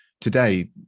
today